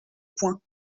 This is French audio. point